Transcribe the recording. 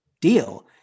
deal